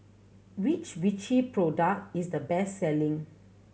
which Vichy product is the best selling